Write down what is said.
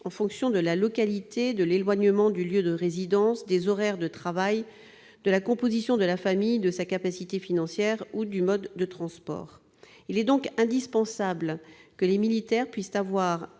en fonction de la localité, de l'éloignement du lieu de résidence, des horaires de travail, de la composition de la famille, de sa capacité financière ou du mode de transport. Il est donc indispensable que les militaires puissent avoir